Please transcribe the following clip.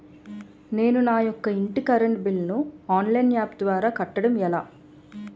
నేను నా యెక్క ఇంటి కరెంట్ బిల్ ను ఆన్లైన్ యాప్ ద్వారా కట్టడం ఎలా?